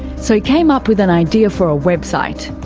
so he came up with an idea for a website.